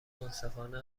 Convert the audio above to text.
منصفانه